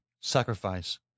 sacrifice